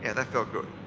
and that felt good.